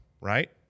right